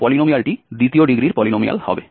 পলিনোমিয়ালটি দ্বিতীয় ডিগ্রির পলিনোমিয়াল হবে